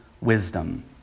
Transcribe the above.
wisdom